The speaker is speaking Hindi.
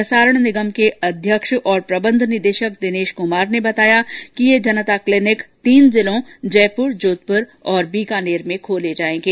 प्रसारण निगम के अध्यक्ष और प्रबन्ध निदेशक दिनेश कुमार ने बताया कि ये जनता क्लिनिक तीन जिलों जयपुर जोधपुर और बीकानेर में खोले जायेंगे